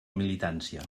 militància